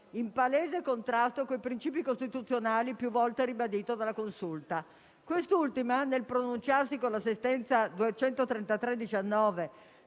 in palese contrasto con i principi costituzionali più volte ribaditi dalla Consulta. Quest'ultima, nel pronunciarsi, con la sentenza n.